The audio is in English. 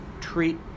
treat